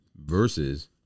Versus